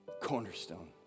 cornerstone